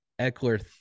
Eckler